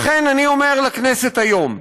לכן אני אומר לכנסת היום: